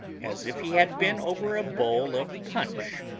as if he had been over a bowl of punch,